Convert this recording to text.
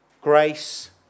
grace